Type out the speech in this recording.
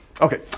Okay